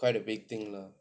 quite a big thing lah